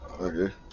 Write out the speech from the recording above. Okay